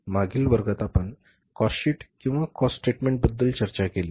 मागील वर्गात आपण कॉस्ट शीट किंवा कॉस्ट स्टेटमेंट बद्दल चर्चा केली